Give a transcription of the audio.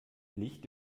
licht